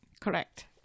Correct